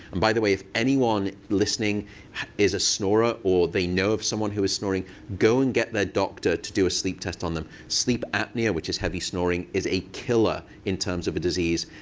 and by the way, if anyone listening is a snorer or they know of someone who is snoring, go and get their doctor to do a sleep test on them. sleep apnea, which is heavy snoring, is a killer in terms of a disease.